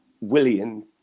William